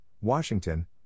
Washington